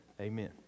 Amen